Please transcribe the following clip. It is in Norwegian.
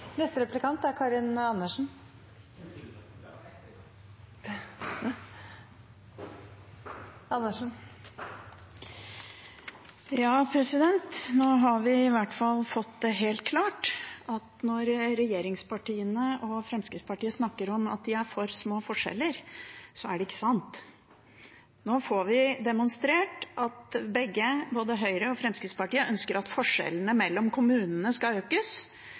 Nå har vi i hvert fall fått det helt klart at når regjeringspartiene og Fremskrittspartiet snakker om at de er for små forskjeller, er det ikke sant. Nå får vi demonstrert at begge, både Høyre og Fremskrittspartiet, ønsker at forskjellene mellom kommunene skal økes,